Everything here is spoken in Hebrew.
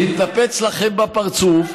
התנפץ לכם בפרצוף.